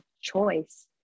choice